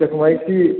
चकमाइसी